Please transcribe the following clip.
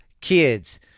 kids